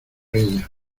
ella